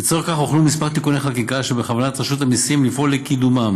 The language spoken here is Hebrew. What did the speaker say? לצורך זה הוכנו כמה תיקוני חקיקה שבכוונת רשות המיסים לפעול לקידומם: